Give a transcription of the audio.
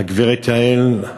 הגברת יעל,